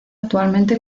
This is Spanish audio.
actualmente